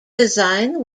design